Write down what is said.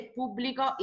pubblico